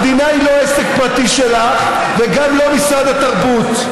המדינה היא לא עסק פרטי שלך, וגם לא משרד התרבות.